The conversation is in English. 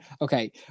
Okay